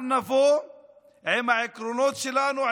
אנחנו נבוא עם העקרונות שלנו,